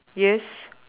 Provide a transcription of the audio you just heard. yes